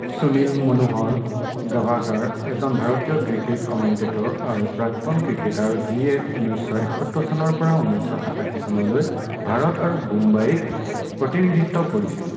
সুনীল মনোহৰ গাভাকাৰ এজন ভাৰতীয় cricket commentator আৰু প্ৰাক্তন ক্ৰিকেটাৰ যিয়ে ঊনৈছশ এসত্তৰ চনৰ পৰা ঊনৈছশ সাতাশী চনলৈ ভাৰত আৰু বোম্বাইক প্ৰতিনিধিত্ব কৰিছিল